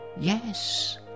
Yes